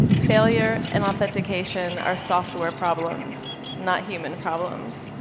failure and authentication are software problems, not human problems.